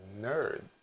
nerd